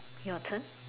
your turn